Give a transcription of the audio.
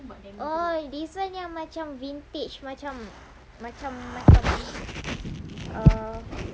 oh this [one] yang macam vintage macam macam macam err